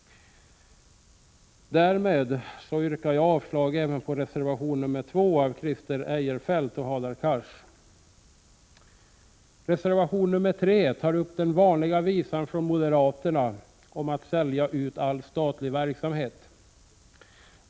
Därmed yrkar jag avslag även på reservation nr 2 av Christer Eirefelt och Hadar Cars. I reservation nr 3 tar man upp den vanliga visan från moderaterna om att sälja ut all statlig verksamhet.